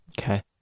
Okay